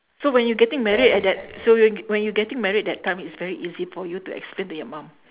so when you getting married at that so y~ wh~ when you getting married that time is very easy for you to explain to your mum